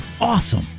Awesome